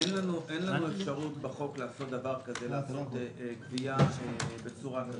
אין לנו אפשרות בחוק לעשות גבייה בצורה כזאת.